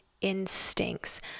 instincts